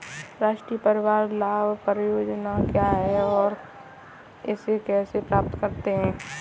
राष्ट्रीय परिवार लाभ परियोजना क्या है और इसे कैसे प्राप्त करते हैं?